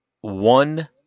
one